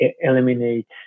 eliminate